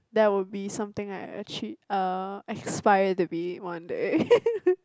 that would be something I achi~ aspire to be one day